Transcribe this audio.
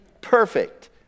perfect